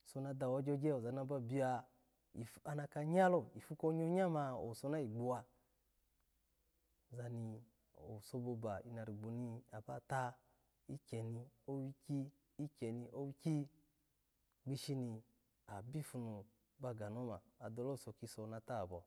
owuso na dawo gyogye oza nabiwa ana nyalo, tpu konyokya oluwuso rayigbne wa nya owuso nayi gbawa, owuso boba, inarigu naba ta ikyeni owiki, ikyeni owiki gbishi ni abipu ba ga ni oma, adohe owuso na tahabo.